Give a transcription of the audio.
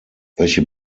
welche